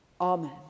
Amen